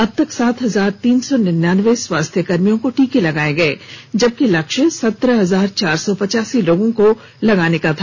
अबतक सात हजार तीन सौ निनयानबे स्वास्थकर्मियों को टीका लगाया गया है जबकि लक्ष्य सत्रह हजार चार सौ पचासी लोगों को लगाने का था